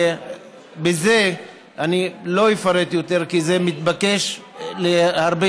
בזה אני לא אפרט יותר כי זה מתבקש להרבה